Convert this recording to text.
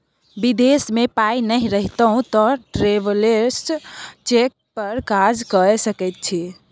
विदेश मे पाय नहि रहितौ तँ ट्रैवेलर्स चेक पर काज कए सकैत छी